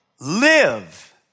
Live